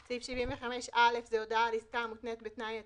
"(ו) סעיף 75א," זו הודעה על עסקה המותנית בתנאי עתידי.